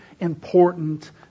important